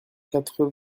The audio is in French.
quatre